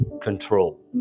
control